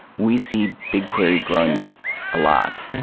we see bigquery growing a lot.